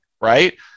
right